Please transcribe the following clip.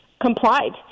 complied